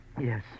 Yes